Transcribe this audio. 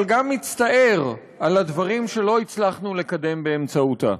אבל גם מצטער על הדברים שלא הצלחנו לקדם באמצעותה.